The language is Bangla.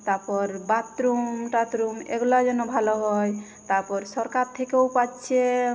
তাপর বাথরুম টাথরুম এগুলো যেন ভালো হয় তাপর সরকার থেকেও পাচ্ছে